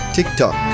TikTok